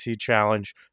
Challenge